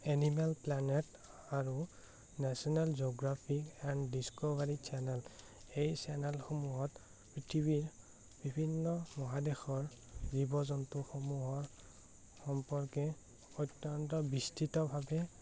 animal planet আৰু National Geographic and Discovery channel এই চেনেলসমূহত পৃথিৱীৰ বিভিন্ন মহাদেশৰ জীৱ জন্তুসমূহৰ সম্পৰ্কে অত্যন্ত বিস্তৃতভাৱে